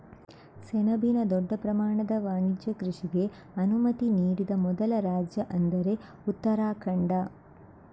ಸೆಣಬಿನ ದೊಡ್ಡ ಪ್ರಮಾಣದ ವಾಣಿಜ್ಯ ಕೃಷಿಗೆ ಅನುಮತಿ ನೀಡಿದ ಮೊದಲ ರಾಜ್ಯ ಅಂದ್ರೆ ಉತ್ತರಾಖಂಡ